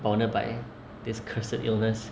bounded by this cursed illness